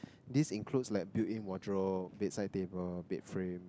this includes like built-in wardrobe bedside table bedframe